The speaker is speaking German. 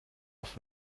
auf